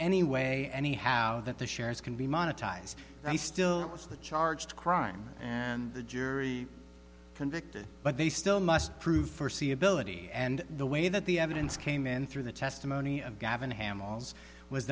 any way anyhow that the shares can be monetized and still is the charge crime and the jury convicted but they still must prove foreseeability and the way that the evidence came in through the testimony of